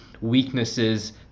weaknesses